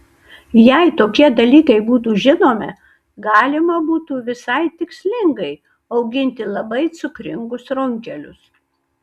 jei tokie dalykai būtų žinomi galima būtų visai tikslingai auginti labai cukringus runkelius